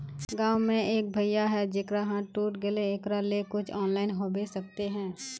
गाँव में एक भैया है जेकरा हाथ टूट गले एकरा ले कुछ ऑनलाइन होबे सकते है?